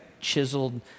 chiseled